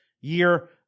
year